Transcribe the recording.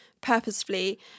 purposefully